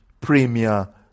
Premier